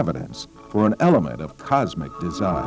evidence for an element of cosmic design